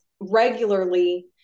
regularly